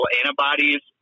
antibodies